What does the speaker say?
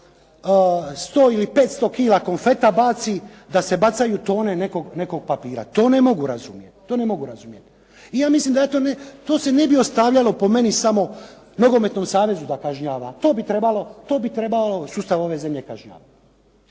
100 ili 500 kila konfeta da se bacaju tone nekog papira, to ne mogu razumjeti. I ja mislim da to se ne bi ostavljalo po meni samo nogometnom savezu da kažnjava. To bi trebalo sustav ovaj zemlje kažnjavati.